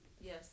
Yes